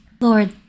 Lord